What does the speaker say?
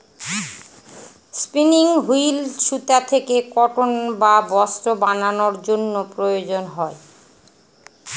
spinning wheel সুতা থেকে cotton বা বস্ত্র বানানোর জন্য প্রয়োজন হয়